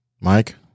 Mike